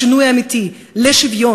השינוי האמיתי לשוויון,